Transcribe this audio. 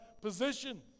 position